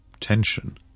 Tension